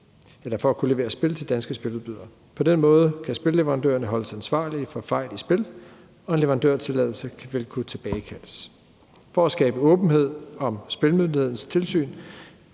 for at kunne levere spil til danske spiludbydere. På den måde kan spilleverandørerne holdes ansvarlige for fejl i spil, og en leverandørtilladelse vil kunne tilbagekaldes. For at skabe åbenhed om Spillemyndighedens tilsyn